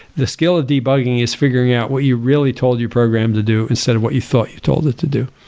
the skill of debugging is figuring out what you really told your program to do instead of what you thought you told it to do,